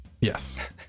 Yes